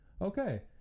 okay